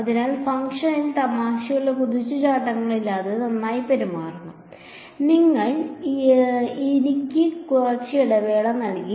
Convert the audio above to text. അതിനാൽ ഫംഗ്ഷനിൽ തമാശയുള്ള കുതിച്ചുചാട്ടങ്ങളില്ലാതെ നന്നായി പെരുമാറണം നിങ്ങൾ എനിക്ക് കുറച്ച് ഇടവേള നൽകി